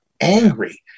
Angry